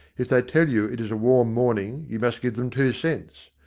if they tell you it is a warm morning, you must give them two cents.